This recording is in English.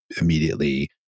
immediately